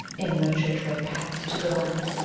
in the church-way paths to glide.